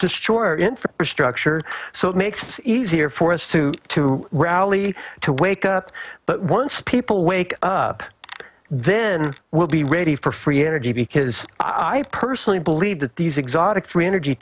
destroy our infrastructure so it makes it easier for us to rally to wake up but once people wake up then we'll be ready for free energy because i personally believe that these exotic free energy